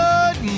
Good